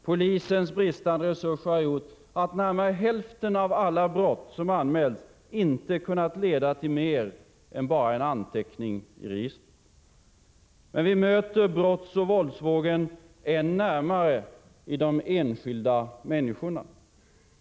Polisens bristande resurser har gjort att närmare hälften av alla brott som anmälts inte kunnat leda till mer än en anteckning i registren. Men vi möter brottsoch våldsvågen än närmare när det gäller de enskilda människorna.